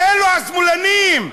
אלו השמאלנים,